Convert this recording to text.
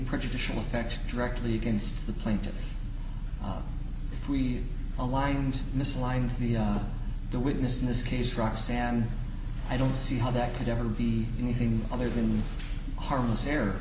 prejudicial effect directly against the plaintiff if we aligned misaligned the the witness in this case roxanne i don't see how that could ever be anything other than harmless error